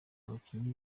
abakinnyi